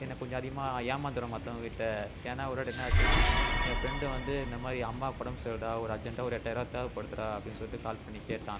எனக்கு கொஞ்சம் அதிகமாக ஏமாந்துடுவேன் மற்றவங்க கிட்ட ஏன்னால் ஒரு வாட்டி என்னாச்சுன்னா என் ஃப்ரெண்டு வந்து இந்த மாதிரி அம்மாவுக்கு உடம்பு சரியில்லைடா ஒரு அர்ஜென்ட்டாக ஒரு எட்டாயிர ரூபா தேவைப்படுதுடா அப்படின்னு சொல்லிவிட்டு கால் பண்ணி கேட்டான்